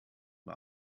war